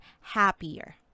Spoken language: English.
happier